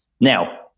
Now